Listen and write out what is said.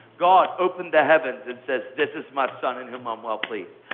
god opened the heavens and says this is my son in whom i'm well pleased.